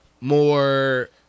more